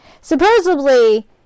Supposedly